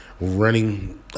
running